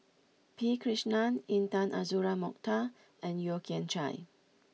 P Krishnan Intan Azura Mokhtar and Yeo Kian Chye